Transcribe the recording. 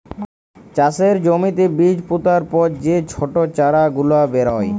চাষের জ্যমিতে বীজ পুতার পর যে ছট চারা গুলা বেরয়